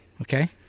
Okay